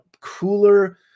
cooler